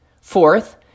Fourth